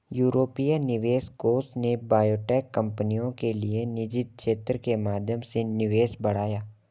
यूरोपीय निवेश कोष ने बायोटेक कंपनियों के लिए निजी क्षेत्र के माध्यम से निवेश बढ़ाया